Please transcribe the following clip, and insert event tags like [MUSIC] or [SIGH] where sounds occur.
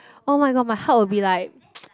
oh-my-god my heart will be like [NOISE]